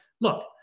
look